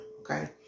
okay